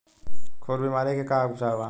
खुर बीमारी के का उपचार बा?